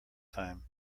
time